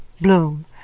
Bloom